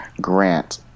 grant